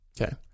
Okay